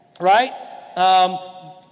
right